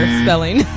spelling